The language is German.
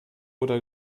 oder